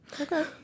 Okay